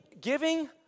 giving